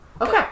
Okay